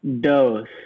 dose